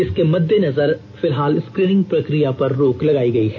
इसके मद्देनजर फिलहाल स्क्रीनिंग प्रक्रिया पर रोक लगाई गई है